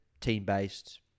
team-based